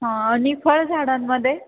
हां आणि फळ झाडांमध्ये